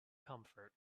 comfort